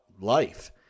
life